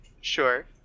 Sure